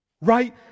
right